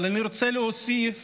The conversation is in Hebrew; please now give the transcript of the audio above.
אבל אני רוצה להוסיף